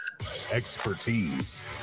expertise